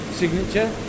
signature